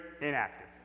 inactive